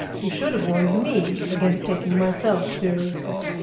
you should have warned me against taking myself seriously.